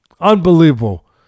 Unbelievable